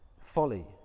Folly